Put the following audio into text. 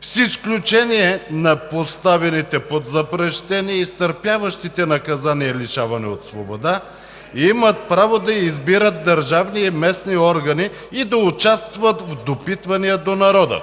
с изключение на поставените под запрещение и изтърпяващите наказание лишаване от свобода, имат право да избират държавни и местни органи и да участват в допитвания до народа.